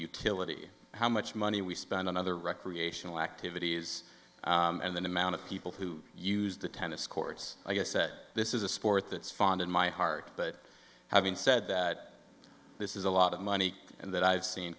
utility how much money we spend on other recreational activities and the amount of people who use the tennis courts i guess that this is a sport that's fun in my heart but having said that this is a lot of money and that i've seen